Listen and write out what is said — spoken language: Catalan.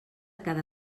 cada